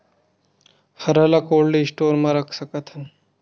हरा ल cold store म रख सकथन?